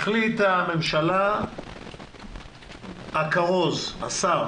החליטה הממשלה, הכרוז, השר